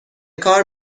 کار